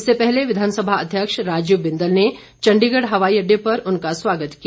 इससे पहले विधानसभा अध्यक्ष राजीव बिंदल ने चंडीगढ़ हवाई अड्डे पर उनका स्वागत किया